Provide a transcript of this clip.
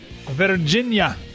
Virginia